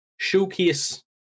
Showcase